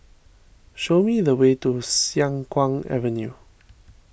show me the way to Siang Kuang Avenue